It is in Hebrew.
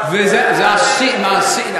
לא למעשייה.